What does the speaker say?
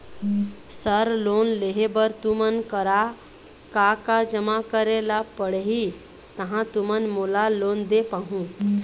Sir loan लेहे बर तुमन करा का का जमा करें ला पड़ही तहाँ तुमन मोला लोन दे पाहुं?